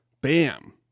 Bam